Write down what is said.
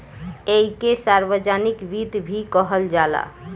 ऐइके सार्वजनिक वित्त भी कहल जाला